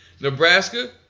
Nebraska